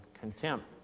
contempt